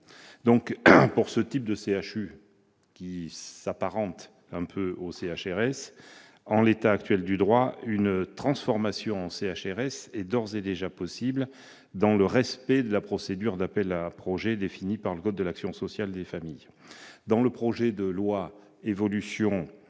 même. Pour ce type de CHU et en l'état actuel du droit, une transformation en CHRS est d'ores et déjà possible dans le respect de la procédure d'appel à projets définie par le code de l'action sociale et des familles. Dans le projet de loi Évolution